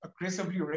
aggressively